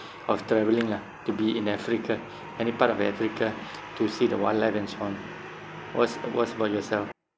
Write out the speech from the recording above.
of travelling lah to be in africa any part of africa to see the wildlife and so on what's what's about yourself